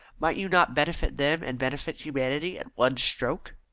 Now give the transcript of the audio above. might you not benefit them and benefit humanity at one stroke?